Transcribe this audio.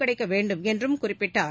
கிடைக்கவேண்டும் என்றும் குறிப்பிட்டார்